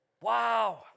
Wow